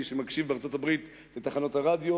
מי שמקשיב בארצות-הברית לתחנות הרדיו